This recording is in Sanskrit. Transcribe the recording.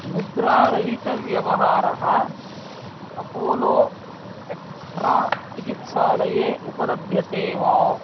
मुद्रारहितव्यवहारः अपोलो स्पेक्ट्रा चिकित्सालये उपलभ्यते वा